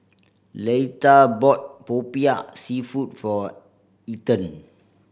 Leitha bought Popiah Seafood for Ethen